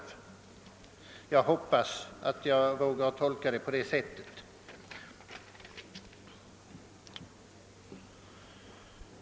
Jag hoppas att jag vågar tolka hans inlägg på det sättet.